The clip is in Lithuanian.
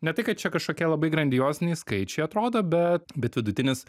ne tai kad čia kažkokie labai grandioziniai skaičiai atrodo bet bet vidutinis